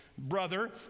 Brother